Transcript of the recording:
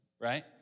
right